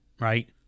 Right